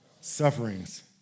Sufferings